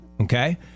okay